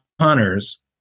hunters